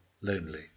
lonely